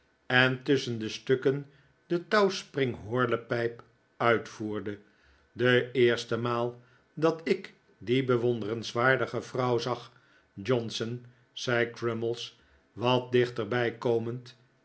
en tusschen de stukken de touwtjespring horlepijp uitvoerde de eerste maal dat ik die bewonderenswaardige vrouw zag johnson zei crummies wat dichterbij komend